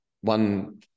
one